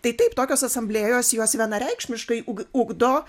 tai taip tokios asamblėjos jos vienareikšmiškai ug ugdo